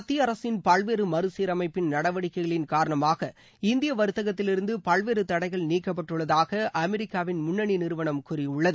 மத்திய அரசின் பல்வேறு மறுசீரமைப்பின் நடவடிக்கைகளின் காரணமாக இந்திய வர்த்தகத்திலிருந்த பல்வேறு தடைகள் நீக்கப்பட்டுள்ளதாக அமெரிக்காவின் முன்னணி நிறுவனம் கூறியுள்ளது